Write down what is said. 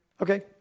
Okay